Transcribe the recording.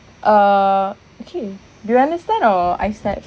err okay do you want to start or I start